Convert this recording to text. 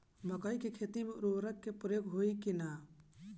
मकई के खेती में उर्वरक के प्रयोग होई की ना?